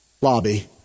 lobby